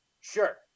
sure